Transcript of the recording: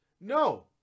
No